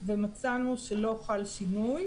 ומצאנו שלא חל שינוי.